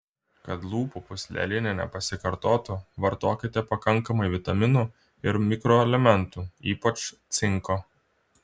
kad lūpų pūslelinė nepasikartotų vartokite pakankamai vitaminų ir mikroelementų ypač cinko